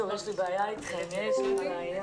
הישיבה ננעלה